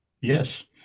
Yes